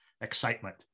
excitement